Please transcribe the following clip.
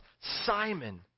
Simon